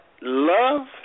love